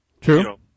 true